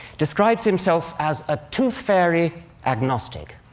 describes himself as a tooth-fairy agnostic.